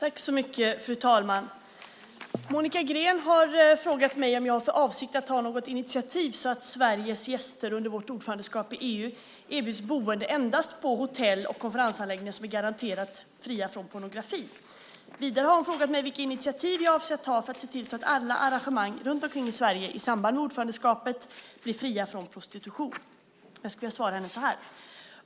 Fru talman! Monica Green har frågat mig om jag har för avsikt att ta något initiativ så att Sveriges gäster under vårt ordförandeskap i EU erbjuds boende endast på de hotell och konferensanläggningar som är garanterat fria från pornografi. Hon har vidare frågat mig vilka initiativ jag avser att ta för att se till att alla arrangemang runt om i Sverige i samband med ordförandeskapet i EU blir fria från prostitution.